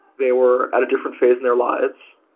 they were at a different phase in their lives.